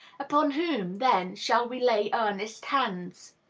upon whom, then, shall we lay earnest hands?